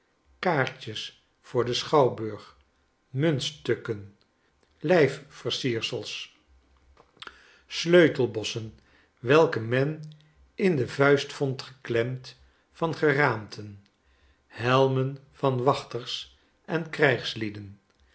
kaartjes voor den schouwburg muntstukken lijfversiersels sleutelbossen welke men in de vuist vond geklemd van geraamten helmen van wachters en